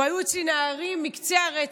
והיו אצלי נערים מקצה הרצף,